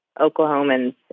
Oklahomans